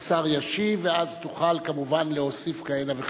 השר ישיב, ואז תוכל כמובן להוסיף כהנה וכהנה.